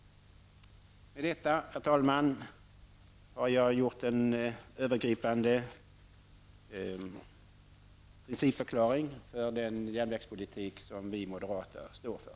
Med detta, herr talman, har jag gjort en övergripande principförklaring för den järnvägspolitik vi moderater står för.